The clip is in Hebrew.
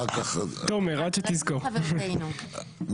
חברנו.